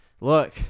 look